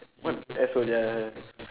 what asshole they are man